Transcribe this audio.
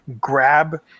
grab